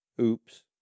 oops